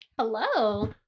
Hello